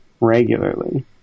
regularly